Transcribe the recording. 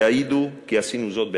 יעידו כי עשינו זאת בהצלחה.